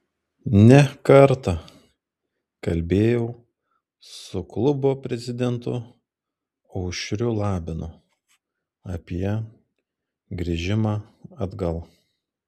ne kartą kalbėjau su klubo prezidentu aušriu labinu apie grįžimą atgal